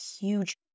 huge